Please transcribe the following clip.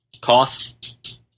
Cost